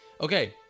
okay